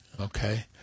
Okay